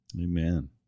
Amen